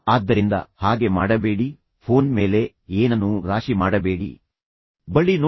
ಆದ್ದರಿಂದ ಹಾಗೆ ಮಾಡಬೇಡಿ ಫೋನ್ ಮೇಲೆ ಏನನ್ನೂ ರಾಶಿ ಮಾಡಬೇಡಿ ಅದನ್ನು ಸ್ವಚ್ಛವಾಗಿಡಿ